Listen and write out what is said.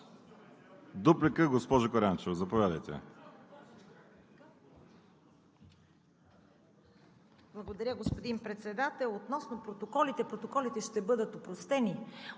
Дуплика – госпожо Караянчева, заповядайте.